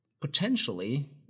potentially